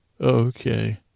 okay